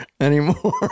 anymore